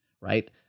right